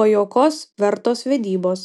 pajuokos vertos vedybos